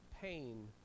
pain